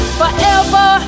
forever